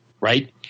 right